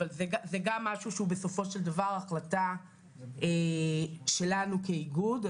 אבל זה גם משהו שהוא בסופו של דבר החלטה שלנו כאיגוד.